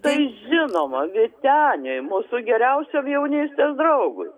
tai žinoma vyteniui mūsų geriausiam jaunystės draugui